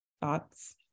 thoughts